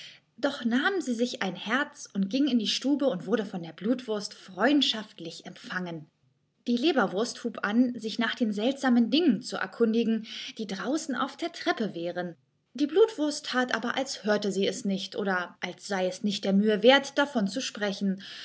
doch nahm sie sich ein herz ging in die stube und wurde von der blutwurst freundschaftlich empfangen die leberwurst hub an sich nach den seltsamen dingen zu erkundigen die draußen auf der treppe wären die blutwurst that aber als hörte sie es nicht oder als sey es nicht der mühe werth davon zu sprechen